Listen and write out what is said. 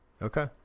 Okay